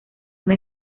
una